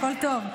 הכול טוב.